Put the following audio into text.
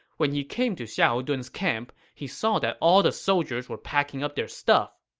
when he came to xiahou dun's camp, he saw that all the soldiers were packing up their stuff.